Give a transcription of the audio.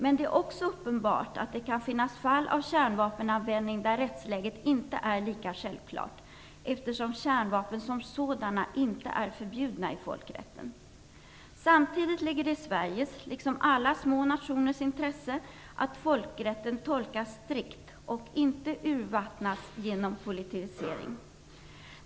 Men det är också uppenbart att det kan finnas fall av kärnvapenanvändning där rättsläget inte är lika självklart, eftersom kärnvapen som sådana inte är förbjudna i folkrätten. Samtidigt ligger det i Sveriges liksom i alla små nationers intresse att folkrätten tolkas strikt och inte urvattnas genom politisering.